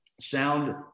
sound